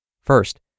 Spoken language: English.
First